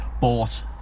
bought